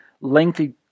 lengthy